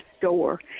door